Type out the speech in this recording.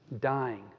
dying